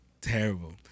terrible